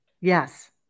Yes